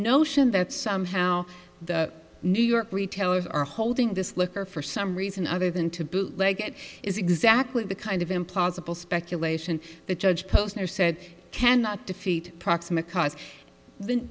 notion that somehow the new york retailers are holding this liquor for some reason other than to bootleg it is exactly the kind of implausible speculation that judge posner said cannot defeat proximate cause the